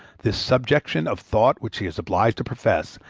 this subjection of thought which he is obliged to profess,